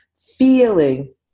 feeling